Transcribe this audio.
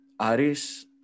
Aris